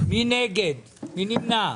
בעד, מי נגד, מי נמנע?